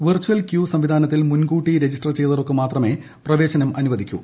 virtual queue സംവിധാനത്തിൽ മുൻകൂട്ടി register ചെയ്തവർക്ക് മാത്രമേ പ്രവേശനം അനുവദിക്കൂ